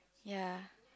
ya